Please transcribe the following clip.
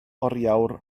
oriawr